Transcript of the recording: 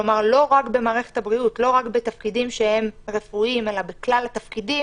כלומר לא רק במערכת הבריאות ולא רק בתפקידים רפואיים אלא בכלל התפקידים,